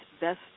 best